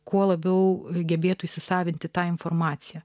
kuo labiau gebėtų įsisavinti tą informaciją